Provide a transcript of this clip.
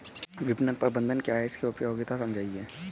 विपणन प्रबंधन क्या है इसकी उपयोगिता समझाइए?